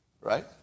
right